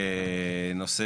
נושא